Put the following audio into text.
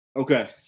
Okay